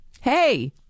Hey